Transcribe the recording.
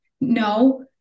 no